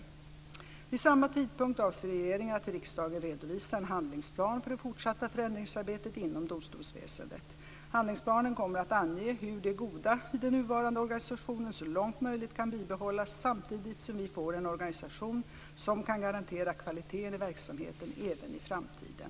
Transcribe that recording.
Vid samma tidpunkt avser regeringen att till riksdagen redovisa en handlingsplan för det fortsatta förändringsarbetet inom domstolsväsendet. Handlingsplanen kommer att ange hur det goda i den nuvarande organisationen så långt möjligt kan bibehållas samtidigt som vi får en organisation som kan garantera kvaliteten i verksamheten även i framtiden.